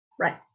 Right